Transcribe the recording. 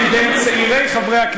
ברור.